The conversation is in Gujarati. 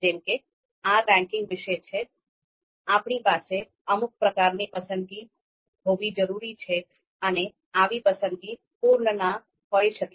જેમ કે આ રેન્કિંગ વિશે છે આપણી પાસે અમુક પ્રકારની પસંદગી હોવી જરૂરી છે અને આવી પસંદગી પૂર્ણ ન હોઈ શકે